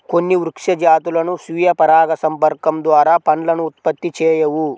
కొన్ని వృక్ష జాతులు స్వీయ పరాగసంపర్కం ద్వారా పండ్లను ఉత్పత్తి చేయవు